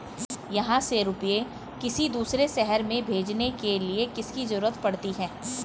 यहाँ से रुपये किसी दूसरे शहर में भेजने के लिए किसकी जरूरत पड़ती है?